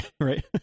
right